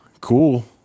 cool